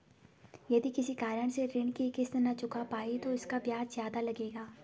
यदि किसी कारण से ऋण की किश्त न चुका पाये तो इसका ब्याज ज़्यादा लगेगा?